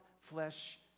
flesh